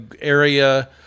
area